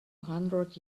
hundred